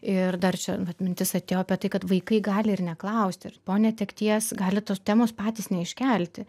ir dar čia vat mintis atėjo apie tai kad vaikai gali ir neklausti po netekties gali tos temos patys neiškelti